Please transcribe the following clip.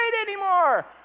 anymore